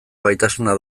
gaitasuna